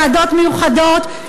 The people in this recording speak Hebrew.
ועדות מיוחדות,